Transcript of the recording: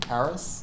Paris